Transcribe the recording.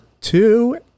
two